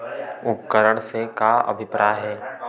उपकरण से का अभिप्राय हे?